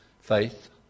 faith